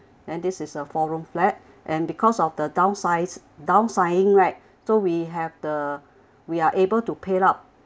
and this is a four room flat and because of the downsize downsizing right so we have the we are able to paid up